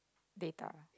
data